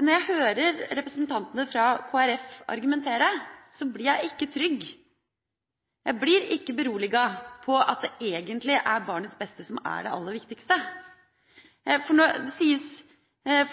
Når jeg hører representantene fra Kristelig Folkeparti argumentere, blir jeg ikke trygg. Jeg blir ikke beroliget med at det egentlig er barnets beste som er det aller viktigste. Man syns